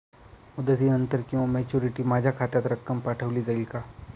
मुदतीनंतर किंवा मॅच्युरिटी माझ्या खात्यात रक्कम पाठवली जाईल का?